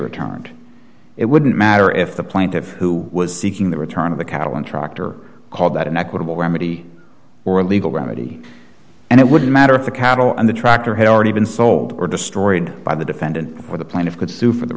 returned it wouldn't matter if the plaintiff who was seeking the return of the cattle instructor called that an equitable remedy or a legal remedy and it wouldn't matter if the cattle and the tractor had already been sold or destroyed by the defendant before the planet could sue for the